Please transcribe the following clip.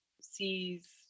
sees